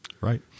Right